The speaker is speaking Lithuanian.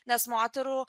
nes moterų